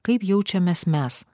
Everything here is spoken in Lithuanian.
kaip jaučiamės mes